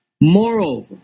Moreover